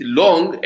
long